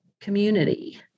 community